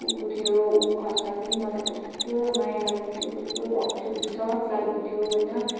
कुकुर थियो ऊ खस्दा पनि मलाई कस्तो माया लागेको थियो कस्तो भएको थियो बिस्वाद लागेको थियो होइन